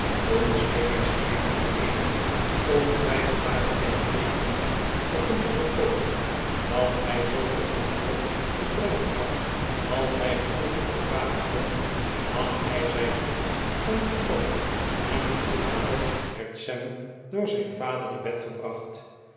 toen stiggins eindelijk eenige ontwijfelbare kenteekenen begon te vertoonen dat hij zooveel rumgrog gedronken had als hij gevoegelijk verdragen kon nam hij zijn hoed en vertrok en terstond daarop werd sam door zijn vader naar bed gebraeht